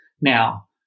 Now